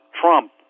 Trump